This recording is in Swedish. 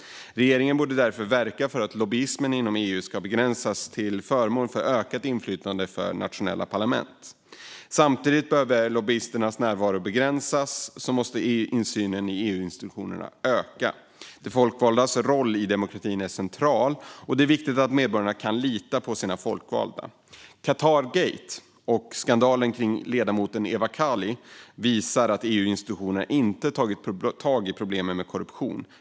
Regeringen borde därför verka för att lobbyism i EU ska begränsas till förmån för ökat inflytande för de nationella parlamenten. Samtidigt som lobbyisternas närvaro begränsas måste insynen i EU:s institutioner öka. De folkvaldas roll i demokratin är central, och det är viktigt att medborgarna kan lita på sina folkvalda. Qatargate och skandalen kring ledamoten Eva Kaili visar att EU-institutionerna inte har tagit tag i problemen med korruption.